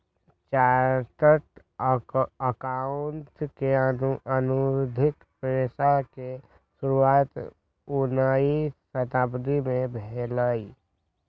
chartered accountant के आधुनिक पेशा के शुरुआत उनइ शताब्दी में भेलइ